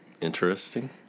Interesting